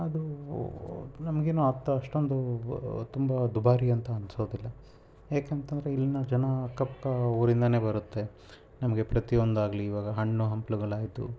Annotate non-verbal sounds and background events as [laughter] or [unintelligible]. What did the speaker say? ಅದು ನಮಗೇನು ಅಂಥ ಅಷ್ಟೊಂದು ತುಂಬ ದುಬಾರಿಯಂತ ಅನ್ನಿಸೋದಿಲ್ಲ ಏಕಂತಂದ್ರೆ ಇಲ್ಲಿನ ಜನ [unintelligible] ಊರಿಂದನೇ ಬರುತ್ತೆ ನಮಗೆ ಪ್ರತಿಯೊಂದಾಗಲಿ ಇವಾಗ ಹಣ್ಣು ಹಂಪ್ಲುಗಳಾಯ್ತು